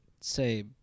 say